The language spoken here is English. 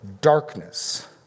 darkness